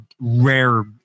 rare